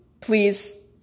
please